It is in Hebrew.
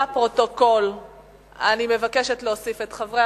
לפרוטוקול אני מבקשת להוסיף את חברי